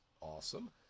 Awesome